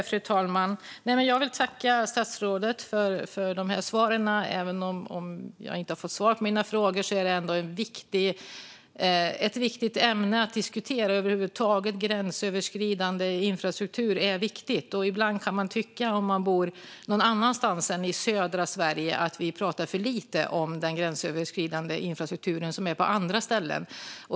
Fru talman! Jag vill tacka statsrådet för de här svaren. Även om jag inte fått svar på mina frågor är det ett viktigt ämne att diskutera över huvud taget. Gränsöverskridande infrastruktur är viktigt. Ibland kan man tycka, om man bor någon annanstans än i södra Sverige, att vi pratar för lite om den gränsöverskridande infrastruktur som finns på andra ställen.